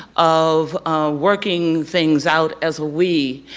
of working things out as a we,